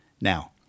Now